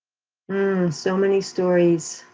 and so many stories,